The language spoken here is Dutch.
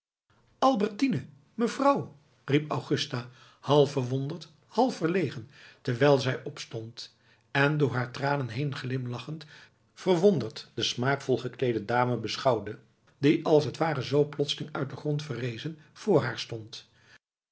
albertine mevrouw riep augusta half verwonderd half verlegen terwijl zij opstond en door haar tranen heen glimlachend verwonderd de smaakvol gekleede dame beschouwde die als t ware zoo plotseling uit den grond verrezen voor haar stond